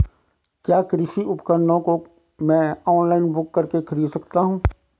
क्या कृषि उपकरणों को मैं ऑनलाइन बुक करके खरीद सकता हूँ?